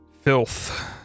filth